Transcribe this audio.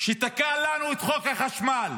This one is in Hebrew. שתקע לנו את חוק החשמל,